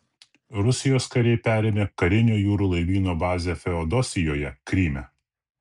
rusijos kariai perėmė karinio jūrų laivyno bazę feodosijoje kryme